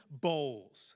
bowls